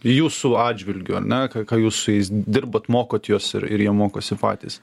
jūsų atžvilgiu ar ne ką ką jūs su jais dirbat mokot juos ir ir jie mokosi patys